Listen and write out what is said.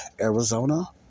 Arizona